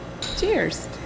Cheers